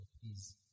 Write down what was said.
please